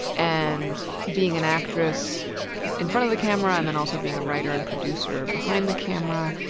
and being an actress in front of the camera and then also being a writer and producer behind the camera,